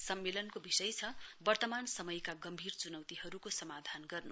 सम्मेलनको विषय छ वर्तमान समयका गम्भीर च्नौतीहरूको समाधान गर्न्